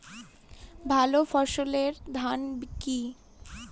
ভালো ফলনের ধান বীজ কি?